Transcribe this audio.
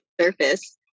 surface